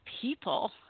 people